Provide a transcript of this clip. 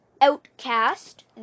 Outcast